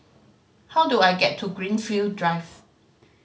how do I get to Greenfield Drive